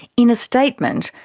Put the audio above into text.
in a statement,